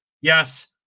Yes